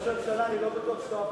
אדוני ראש הממשלה, אני לא בטוח שאתה,